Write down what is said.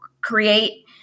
create